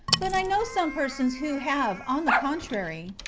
but i know some persons, who have, on the contrary,